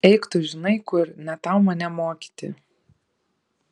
eik tu žinai kur ne tau mane mokyti